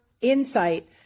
insight